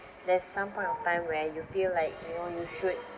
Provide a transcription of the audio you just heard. there's some point of time where you feel like you know you should